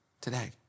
today